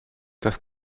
das